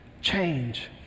change